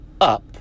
up